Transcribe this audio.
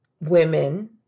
women